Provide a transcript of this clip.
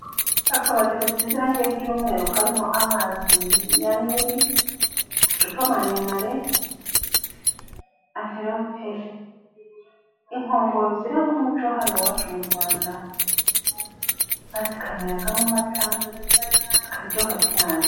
Akabati gasize irangi ry'umweru karimo amazi ya Nili, amacupa maremare, anverope, inkongoro ziranga umuco wa hano iwacu mu Rwanda, bazikamiragamo amata, akaryoha cyane.